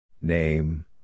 Name